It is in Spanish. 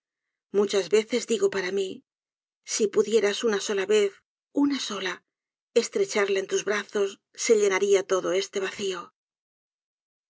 muchas veces digo para mi si pudieras una sola vez una sola estrecharla en tus brazos se llenaría todo este vacio